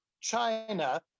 China